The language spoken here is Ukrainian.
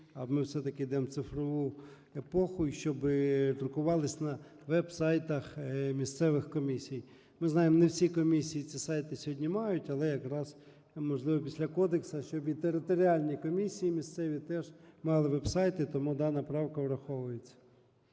а ми, все-таки, ідемо у цифрову епоху, щоб друкувались на веб-сайтах місцевих комісій. Ми знаємо, не всі комісії ці сайти сьогодні мають, але якраз, можливо, після кодексу, щоб і територіальні комісії місцеві теж мали веб-сайти. Тому дана правка враховується.